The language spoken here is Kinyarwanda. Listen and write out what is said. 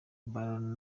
barrow